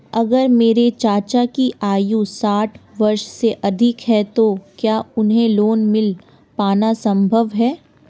अगर मेरे चाचा की आयु साठ वर्ष से अधिक है तो क्या उन्हें लोन मिल पाना संभव है?